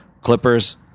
clippers